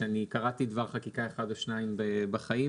כשאני קראתי דבר חקיקה או שניים בחיים,